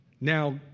Now